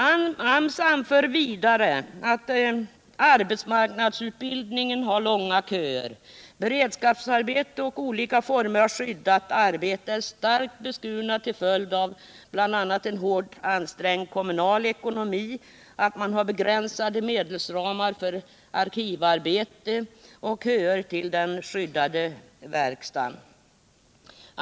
AMS anför vidare att arbetsmarknadsutbildningen har långa köer, att möjligheterna till beredskapsarbete och olika former av skyddat arbete är starkt beskurna till följd av bl.a. en hårt ansträngd kommunal ekonomi samt att man har begränsade medelsramar för arkivarbete och köer till den skyddade verkstaden.